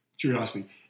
curiosity